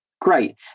Great